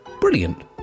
Brilliant